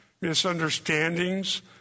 misunderstandings